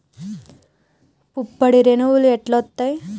పుప్పొడి రేణువులు ఎట్లా వత్తయ్?